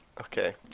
Okay